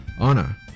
Anna